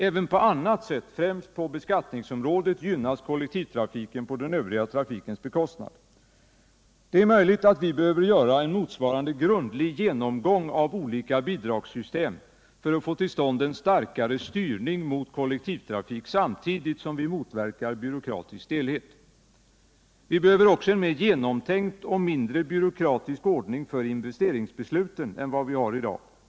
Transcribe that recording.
Även på annat sätt, främst på beskattningsområdet, gynnas kollektivtrafiken på den övriga trafikens bekostnad. Det är möjligt att vi behöver göra en motsvarande grundlig genomgång av olika bidragssystem för att få till stånd en starkare styrning mot kollektivtrafik, samtidigt som vi motverkar byråkratisk stelhet. Vi behöver också en mer genomtänkt och mindre byråkratisk ordning för investeringsbesluten än vad vi har i dag.